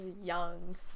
young